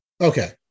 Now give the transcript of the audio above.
Okay